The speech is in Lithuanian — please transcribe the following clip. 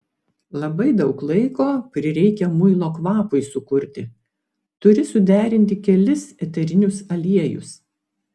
labai daug laiko prireikia muilo kvapui sukurti turi suderinti kelis eterinius aliejus